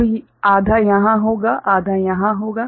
तो आधा यहां होगा आधा वहां होगा